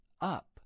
up